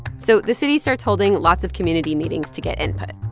so the city starts holding lots of community meetings to get input.